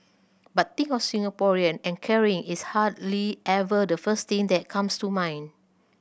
but think of Singaporeans and caring is hardly ever the first thing that comes to mind